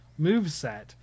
moveset